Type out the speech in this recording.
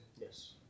Yes